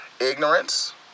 ignorance